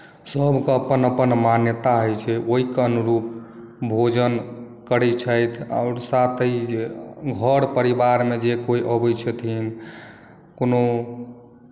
सभके अपन अपन मान्यता होइ छै ओहि केँ अनुरुप भोजन करैत छथि आओर साथहि जे घर परिवारमे जे कोई अबै छथिन कोनो